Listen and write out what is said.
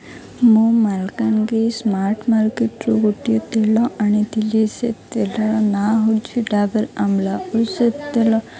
ମୁଁ ମାଲକାନଗି ସ୍ମାର୍ଟ ମାର୍କେଟରୁ ଗୋଟିଏ ତେଲ ଆଣିଥିଲି ସେ ତେଲର ନାଁ ହଉଛି ଡାବର ଆମ୍ଲା ଓ ସେ ତେଲ